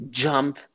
jump